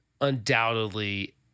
undoubtedly